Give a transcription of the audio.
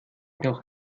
noch